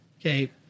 Okay